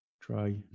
Try